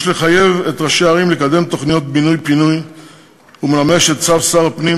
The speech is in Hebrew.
יש לחייב את ראשי הערים לקדם תוכניות בינוי-פינוי ולממש את צו שר הפנים